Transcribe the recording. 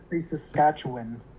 Saskatchewan